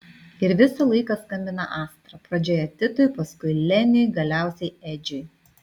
ir visą laiką skambina astra pradžioje titui paskui leniui galiausiai edžiui